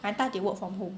my 大姐 work from home